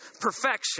perfection